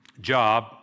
job